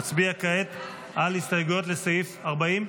נצביע כעת על הסתייגויות לסעיף 40?